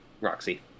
Roxy